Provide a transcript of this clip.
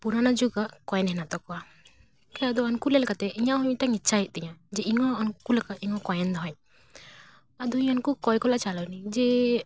ᱯᱩᱨᱟᱱᱳ ᱡᱩᱜᱽ ᱟᱜ ᱠᱚᱭᱮᱱ ᱦᱮᱱᱟᱜ ᱛᱟᱠᱚᱣᱟ ᱩᱱᱠᱩ ᱧᱮᱞ ᱞᱮᱠᱟ ᱛᱮ ᱤᱧᱟᱹᱜ ᱦᱚᱸ ᱤᱪᱷᱟᱜ ᱦᱩᱭᱩᱜ ᱛᱤᱧᱟᱹ ᱡᱮ ᱤᱧ ᱦᱚᱸ ᱩᱱᱠᱩ ᱞᱮ ᱠᱚᱭᱮᱱ ᱤᱧ ᱦᱚᱸ ᱠᱚᱭᱮᱱ ᱫᱚᱦᱚᱭᱟᱹᱧ ᱟᱫᱚ ᱩᱱᱠᱩ ᱠᱚᱭ ᱠᱚᱞᱟ ᱪᱟᱞᱟᱣ ᱮᱱᱟᱹᱧ ᱡᱮ